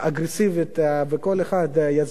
וכל אחד יצביע על-פי מצפונו,